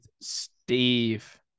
Steve